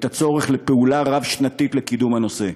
הצורך לפעולה רב-שנתית לקידום הנושא.